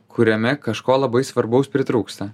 kuriame kažko labai svarbaus pritrūksta